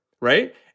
right